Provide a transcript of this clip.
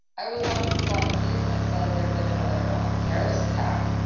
i was watching fox news and i saw that there's been another um terrorist attack,